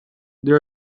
they